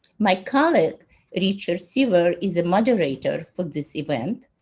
my colleague richard sever is a moderator for this event.